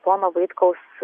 pono vaitkaus